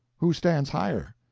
who stands higher?